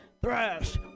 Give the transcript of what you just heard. thrash